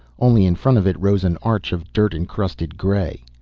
only in front of it rose an arch of dirt-encrusted gray.